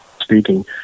speaking